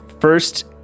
first